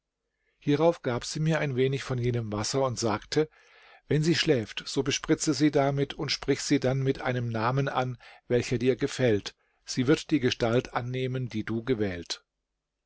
hierauf gab sie mir ein wenig von jenem wasser und sagte wenn sie schläft so bespritze sie damit und sprich sie dann mit einem namen an welcher dir gefällt sie wird die gestalt annehmen die du gewählt